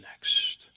next